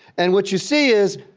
and what you see is,